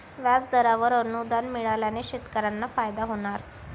व्याजदरावर अनुदान मिळाल्याने शेतकऱ्यांना फायदा होणार